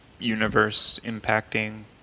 universe-impacting